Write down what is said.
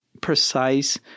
precise